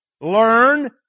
Learn